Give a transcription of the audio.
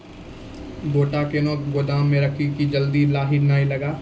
गोटा कैनो गोदाम मे रखी की जल्दी लाही नए लगा?